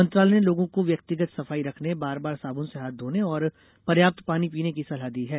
मंत्रालय ने लोगों को व्यक्तिगत सफाई रखने बार बार साबून से हाथ धोने और पर्याप्त पानी पीने की सलाह दी है